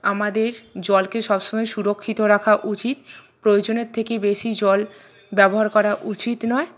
আমাদের জলকে সবসময় সুরক্ষিত রাখা উচিত প্রয়োজনের থেকে বেশি জল ব্যবহার করা উচিত নয়